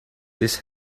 this